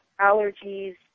allergies